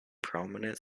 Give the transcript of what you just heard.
prominent